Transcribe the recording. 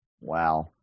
wow